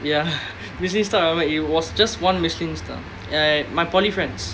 ya michelin star it was just one michelin star ya eh my polytechnic friends